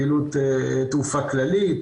פעילות תעופה כללית,